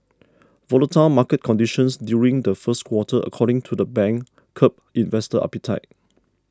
volatile market conditions during the first quarter according to the bank curbed investor appetite